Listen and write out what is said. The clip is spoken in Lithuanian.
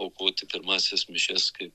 aukoti pirmąsias mišias kaip